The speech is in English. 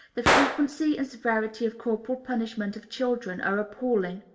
the frequency and severity of corporal punishment of children, are appalling.